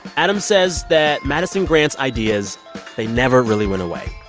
adam says that madison grant's ideas they never really went away.